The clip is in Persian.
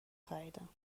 خریدم